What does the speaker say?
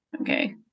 Okay